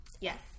Yes